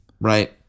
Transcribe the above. Right